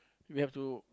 we have to